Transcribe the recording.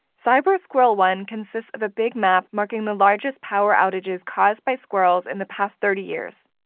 cyber squirrel one consists of a big map marking the largest power outages caused by squirrels in the past thirty years.